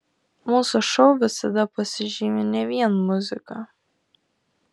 mūsų šou visada pasižymi ne vien muzika